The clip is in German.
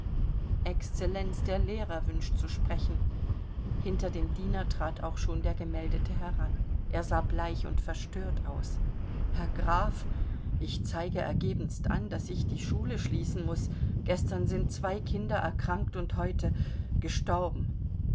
excellenz der lehrer wünscht zu sprechen hinter dem diener trat auch schon der gemeldete heran er sah bleich und verstört aus herr graf ich zeige ergebenst an daß ich die schule schließen muß gestern sind zwei kinder erkrankt und heute gestorben